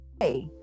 hey